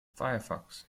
firefox